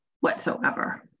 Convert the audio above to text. whatsoever